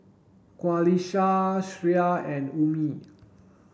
Qalisha Syah and Ummi